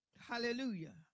Hallelujah